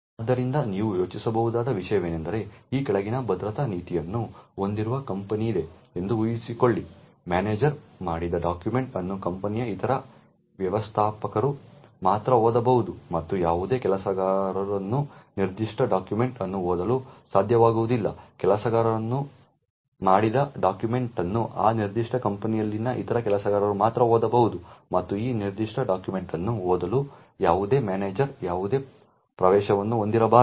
ಆದ್ದರಿಂದ ನೀವು ಯೋಚಿಸಬಹುದಾದ ವಿಷಯವೆಂದರೆ ಈ ಕೆಳಗಿನ ಭದ್ರತಾ ನೀತಿಯನ್ನು ಹೊಂದಿರುವ ಕಂಪನಿಯಿದೆ ಎಂದು ಊಹಿಸಿಕೊಳ್ಳಿ ಮ್ಯಾನೇಜರ್ ಮಾಡಿದ ಡಾಕ್ಯುಮೆಂಟ್ ಅನ್ನು ಕಂಪನಿಯ ಇತರ ವ್ಯವಸ್ಥಾಪಕರು ಮಾತ್ರ ಓದಬಹುದು ಮತ್ತು ಯಾವುದೇ ಕೆಲಸಗಾರನು ನಿರ್ದಿಷ್ಟ ಡಾಕ್ಯುಮೆಂಟ್ ಅನ್ನು ಓದಲು ಸಾಧ್ಯವಾಗುವುದಿಲ್ಲ ಕೆಲಸಗಾರನು ಮಾಡಿದ ಡಾಕ್ಯುಮೆಂಟ್ ಅನ್ನು ಆ ನಿರ್ದಿಷ್ಟ ಕಂಪನಿಯಲ್ಲಿನ ಇತರ ಕೆಲಸಗಾರರು ಮಾತ್ರ ಓದಬಹುದು ಮತ್ತು ಆ ನಿರ್ದಿಷ್ಟ ಡಾಕ್ಯುಮೆಂಟ್ ಅನ್ನು ಓದಲು ಯಾವುದೇ ಮ್ಯಾನೇಜರ್ ಯಾವುದೇ ಪ್ರವೇಶವನ್ನು ಹೊಂದಿರಬಾರದು